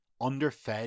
Underfed